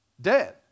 Dead